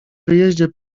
wyjeździe